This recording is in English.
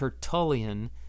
Tertullian